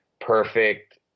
perfect